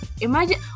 imagine